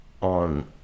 on